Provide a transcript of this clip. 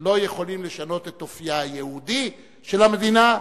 לא יכולים לשנות את אופיה היהודי של המדינה.